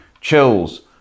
chills